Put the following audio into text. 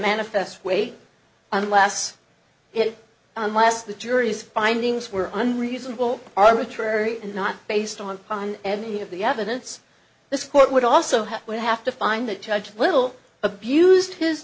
manifest weight unless it unless the jury's findings were on reasonable arbitrary and not based on any of the evidence this court would also have would have to find that judge little abused his